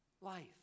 life